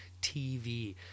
TV